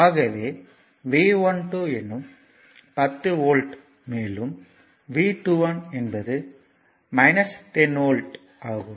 ஆகவே V12 எனும் 10 volt மேலும் V21 என்பது 10 வோல்ட் ஆகும்